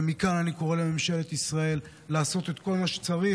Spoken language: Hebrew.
ומכאן אני קורא לממשלת ישראל לעשות את כל מה שצריך.